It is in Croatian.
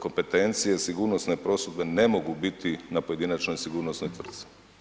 kompetencije sigurnosne prosudbe ne mogu biti na pojedinačnoj sigurnosnoj tvrtci.